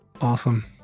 Awesome